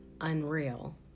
unreal